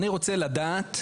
אני רוצה לדעת,